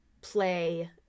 play